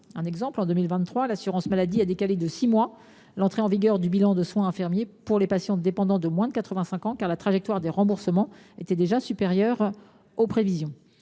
Par exemple, en 2023, l’assurance maladie a décalé de six mois l’entrée en vigueur du bilan de soins infirmiers pour les patients dépendants de moins de 85 ans, car la trajectoire de remboursement excédait déjà les prévisions.